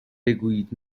بگویید